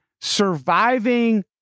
surviving